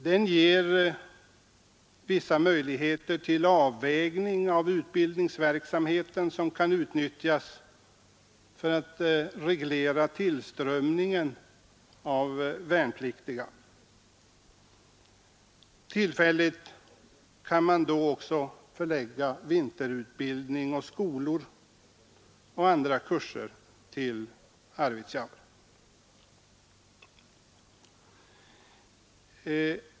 Den ger vissa möjligheter till avvägning av utbildningsverksamheten som kan utnyttjas för att reglera tillströmningen av värnpliktiga. Tillfälligt kan man då också förlägga vinterutbildning, skolor och andra kurser till Arvidsjaur.